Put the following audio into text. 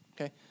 Okay